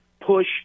push